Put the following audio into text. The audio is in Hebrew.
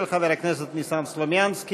של חבר הכנסת ניסן סלומינסקי.